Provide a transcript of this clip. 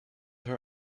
her